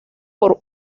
por